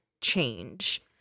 change